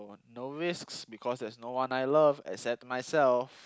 no risks because there's no one I love except myself